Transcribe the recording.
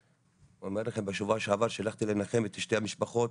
במערכת בשבוע שעבר כשהלכתי לנחם את שתי המשפחות,